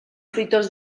fruitós